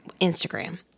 Instagram